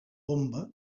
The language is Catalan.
bomba